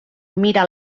mira